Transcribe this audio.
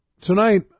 Tonight